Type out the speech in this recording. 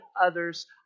others